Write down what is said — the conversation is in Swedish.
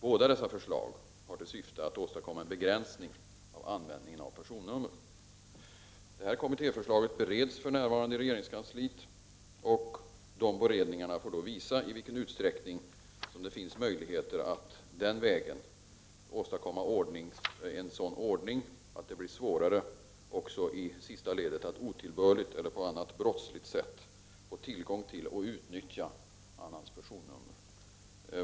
Båda dessa förslag har till syfte att åstadkomma en begränsning av användningen av personnummer. Kommittéförslaget bereds för närvarande i regeringskansliet och de beredningarna får visa i vilken utsträckning det finns möjlighet att den vägen åstadkomma en sådan ordning att det blir svårare också i sista ledet att otillbörligt eller på annat brottsligt sätt få tillgång till och utnyttja annans personnummer.